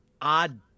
odd